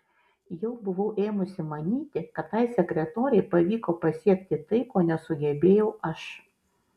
jau buvau ėmusi manyti kad tai sekretorei pavyko pasiekti tai ko nesugebėjau aš